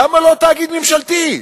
למה לא תאגיד ממשלתי?